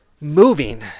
Moving